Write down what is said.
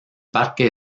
parque